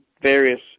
various